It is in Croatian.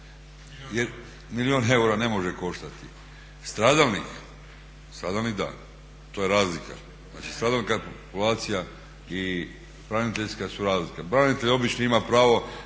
milijun eura ne može koštati. Stradalnik, stradalnik da. To je razlika. Znači stradalnikova populacija i branitelja su razlika. Branitelj obični ima pravo